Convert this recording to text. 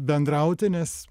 bendrauti nes